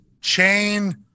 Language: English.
chain